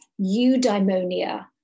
eudaimonia